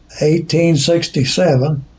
1867